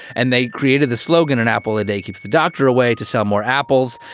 and they created the slogan an apple a day keeps the doctor away to sell more apples.